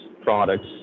products